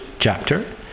chapter